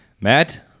Matt